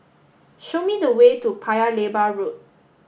show me the way to Paya Lebar Road